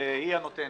והיא הנותנת.